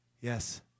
Yes